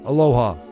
Aloha